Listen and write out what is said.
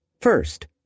First